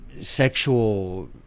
sexual